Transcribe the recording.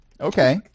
Okay